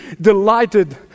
delighted